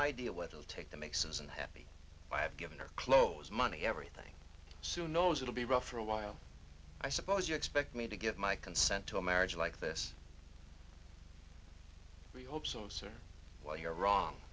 idea what it will take that makes us unhappy i have given her clothes money everything sue knows it'll be rough for a while i suppose you expect me to get my consent to a marriage like this we hope so sir while you're wrong